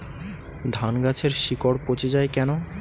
ধানগাছের শিকড় পচে য়ায় কেন?